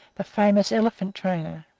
the famous elephant-trainer.